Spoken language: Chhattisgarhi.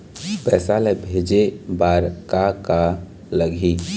पैसा ला भेजे बार का का लगही?